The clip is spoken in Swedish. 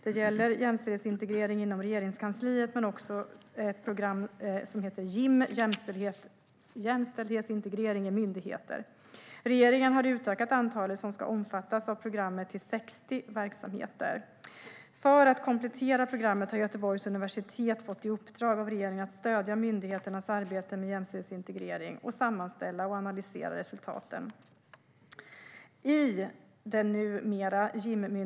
Det gäller jämställdhetsintegrering inom Regeringskansliet men också ett program som heter Jim, Jämställdhetsintegrering i myndigheter. Regeringen har utökat antalet verksamheter som ska omfattas av programmet till 60. För att komplettera programmet har Göteborgs universitet fått i uppdrag av regeringen att stödja myndigheternas arbete med jämställdhetsintegrering och sammanställa och analysera resultaten.